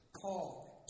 Paul